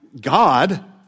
God